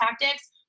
tactics